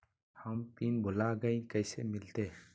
हम पिन भूला गई, कैसे मिलते?